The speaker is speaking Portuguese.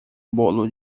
bolo